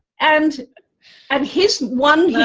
and and he has one,